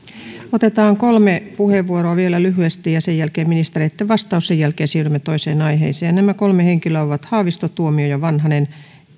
otetaan kolme puheenvuoroa vielä lyhyesti ja sen jälkeen ministereitten vastaus sen jälkeen siirrymme toiseen aiheeseen nämä kolme henkilöä ovat haavisto tuomioja ja vanhanen